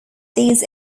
these